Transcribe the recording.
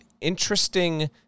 interesting